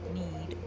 need